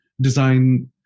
design